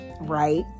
right